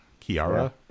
Kiara